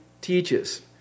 teaches